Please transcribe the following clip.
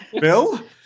Bill